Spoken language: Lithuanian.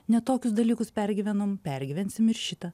ne tokius dalykus pergyvenom pergyvensim ir šitą